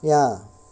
ya